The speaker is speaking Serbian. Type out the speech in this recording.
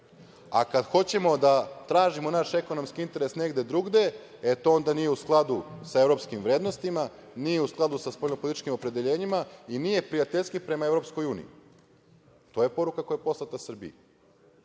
a kada hoćemo da tražimo naš ekonomski interes negde druge, e, to onda nije u skladu sa evropskim vrednostima, nije u skladu sa spoljnopolitičkim opredeljenjima i nije prijateljski prema Evropskoj uniji. To je poruka koja je poslata